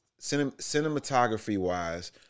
cinematography-wise